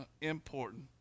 important